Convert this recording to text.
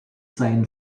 seinen